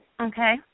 Okay